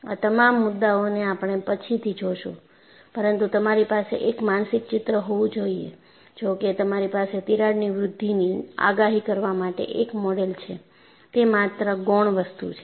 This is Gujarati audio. આ તમામ મુદ્દાઓને આપણે પછીથી જોશું પરંતુ તમારી પાસે એક માનસિક ચિત્ર હોવું જોઈએ જો કે તમારી પાસે તિરાડની વૃદ્ધિની આગાહી કરવા માટે એક મોડેલ છે તે માત્ર ગૌણ વસ્તુ છે